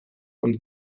und